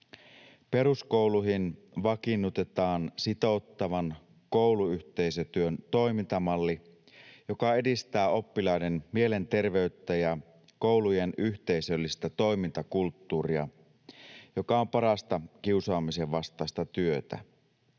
Peruskouluihin vakiinnutetaan sitouttavan kouluyhteisötyön toimintamalli, joka edistää oppilaiden mielenterveyttä ja koulujen yhteisöllistä toimintakulttuuria, joka on parasta kiusaamisen vastaista työtä.